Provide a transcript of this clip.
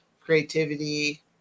creativity